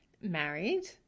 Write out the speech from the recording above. married